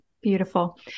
Beautiful